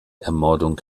ermordung